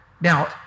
Now